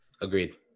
agreed